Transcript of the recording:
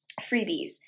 Freebies